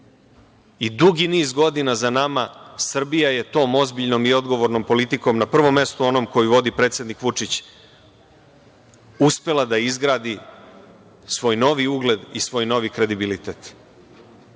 Dugi niz godina za nama Srbija je tom ozbiljnom i odgovornom politikom, na prvom mestu onom koju vodi predsednik Vučić, uspela da izgradi svoj novi ugled i svoj novi kredibilitet.